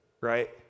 right